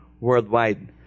worldwide